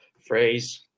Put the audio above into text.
phrase